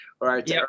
right